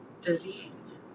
disease